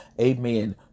amen